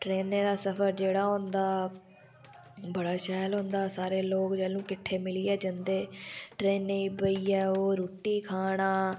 ट्रेनें दा सफर जेह्ड़ा होंदा बड़ा शैल होंदा सारे लोक जैलूं किट्ठे मिलियै जंदे ट्रेनै ई बेहियै ओह् रुट्टी खाना